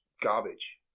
garbage